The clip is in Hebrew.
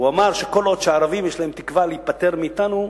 הוא אמר שכל עוד שהערבים יש להם תקווה להיפטר מאתנו,